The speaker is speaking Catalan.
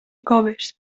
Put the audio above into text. coves